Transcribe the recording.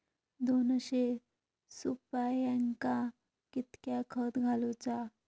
दोनशे सुपार्यांका कितक्या खत घालूचा?